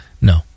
No